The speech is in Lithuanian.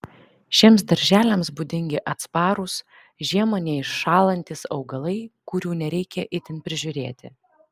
šiems darželiams būdingi atsparūs žiemą neiššąlantys augalai kurių nereikia itin prižiūrėti